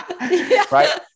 right